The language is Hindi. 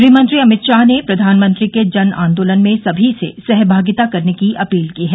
गृहमंत्री अमित शाह ने प्रधानमंत्री के जन आंदोलन में सभी से सहभागिता करने की अपील की है